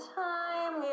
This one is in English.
time